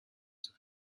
sein